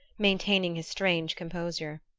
maintaining his strange composure.